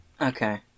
okay